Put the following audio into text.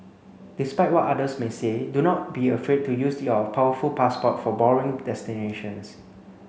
despite what others may say do not be afraid to use your powerful passport for boring destinations